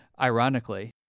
ironically